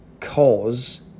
cause